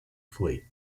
fleet